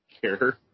care